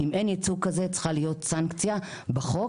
אם אין ייצוג כזה, צריכה להיות סנקציה בחוק.